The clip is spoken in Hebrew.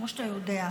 כמו שאתה יודע,